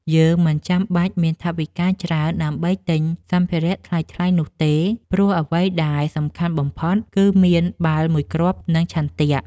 យើងមិនចាំបាច់មានថវិកាច្រើនដើម្បីទិញសម្ភារៈថ្លៃៗនោះទេ ព្រោះអ្វីដែលសំខាន់បំផុតគឺមានបាល់មួយគ្រាប់ និងឆន្ទៈ។